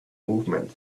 movement